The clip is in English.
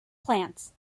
plants